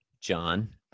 John